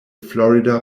florida